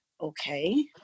Okay